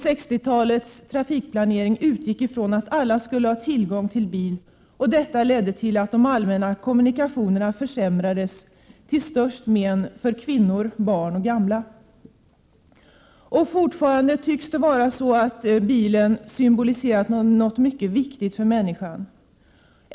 60-talets trafikplanering utgick från att alla skulle ha tillgång till bil, och detta ledde till att de allmänna kommunikationerna försämrades, till störst men för kvinnor, barn och gamla. Fortfarande tycks bilen symbolisera något mycket viktigt för människan.